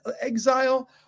exile